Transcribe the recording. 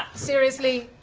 seriously,